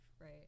Right